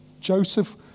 Joseph